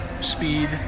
speed